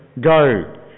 Go